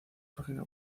página